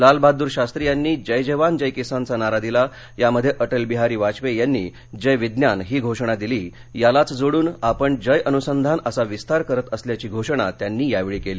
लाल बाहदुर शास्त्री यांनी जय जवान जय किसान चा नारा दिला यामध्ये अटल बिहारी वाजपेयी यांनी जय विज्ञान ही घोषणा दिली यालाच जोडून आपण जय अनुसंधान असा विस्तार करत असल्याची घोषणा त्यांनी यावेळी केली